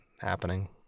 happening